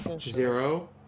zero